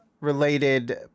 related